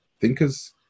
thinkers